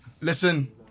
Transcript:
Listen